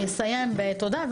אני אסיים בתודה,